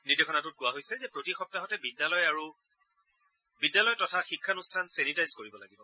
নিৰ্দেশনাটোত কোৱা হৈছে যে প্ৰতি সপ্তাহতে বিদ্যালয় তথা শিক্ষানুষ্ঠান ছেনিটাইজ কৰিব লাগিব